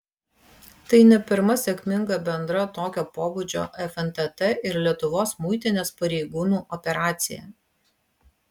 tai ne pirma sėkminga bendra tokio pobūdžio fntt ir lietuvos muitinės pareigūnų operacija